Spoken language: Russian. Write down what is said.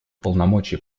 полномочия